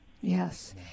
Yes